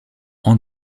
hans